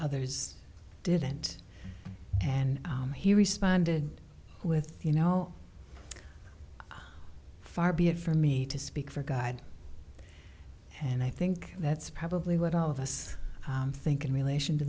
others didn't and he responded with you know far be it for me to speak for god and i think that's probably what all of us think in relation to